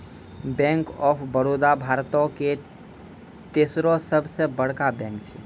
bank of Baroda भारतो के तेसरो सभ से बड़का बैंक छै